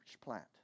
plant